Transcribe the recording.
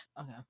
Okay